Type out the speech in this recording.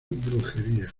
brujería